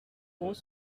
gros